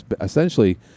essentially